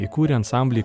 įkūrė ansamblį